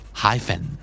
hyphen